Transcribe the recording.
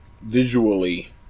visually